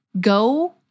Go-